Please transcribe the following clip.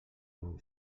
bon